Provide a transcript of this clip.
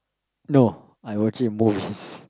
no I watching movies